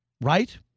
Right